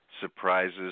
surprises